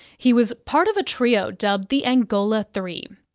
he was part of a trio dubbed the angola three,